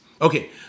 Okay